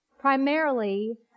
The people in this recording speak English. primarily